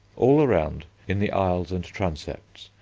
all around, in the aisles and transepts,